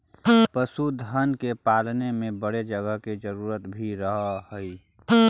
पशुधन को पालने में बड़े जगह की जरूरत भी रहअ हई